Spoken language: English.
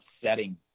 setting